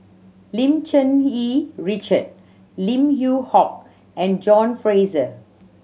Lim Cherng Yih Richard Lim Yew Hock and John Fraser